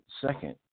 second